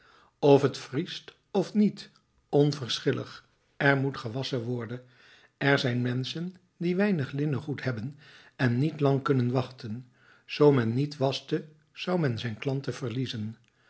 of het vriest of niet onverschillig er moet gewasschen worden er zijn menschen die weinig linnengoed hebben en niet lang kunnen wachten zoo men niet waschte zou men zijn klanten verliezen